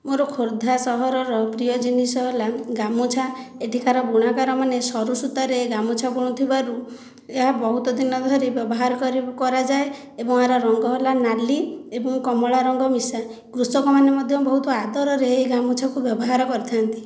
ମୋର ଖୋର୍ଦ୍ଧା ସହରର ପ୍ରିୟ ଜିନିଷ ହେଲା ଗାମୁଛା ଏଠିକାର ବୁଣାକାରମାନେ ସରୁ ସୂତାରେ ଗାମୁଛା ବୁଣୁଥିବାରୁ ଏହା ବହୁତ ଦିନ ଧରି ବ୍ୟବହାର କରାଯାଏ ଏବଂ ଏହାର ରଙ୍ଗ ହେଲା ନାଲି ଏବଂ କମଳା ରଙ୍ଗ ମିଶା କୃଷକମାନେ ମଧ୍ୟ ବହୁତ ଆଦରରେ ଏ ଗାମୁଛାକୁ ବ୍ୟବହାର କରିଥାନ୍ତି